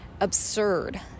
absurd